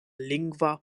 lingva